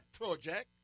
project